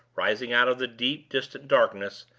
rising out of the deep distant darkness,